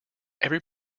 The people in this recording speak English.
every